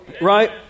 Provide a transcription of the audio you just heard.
right